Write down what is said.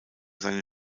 seine